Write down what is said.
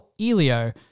Elio